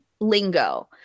lingo